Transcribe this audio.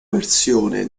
versione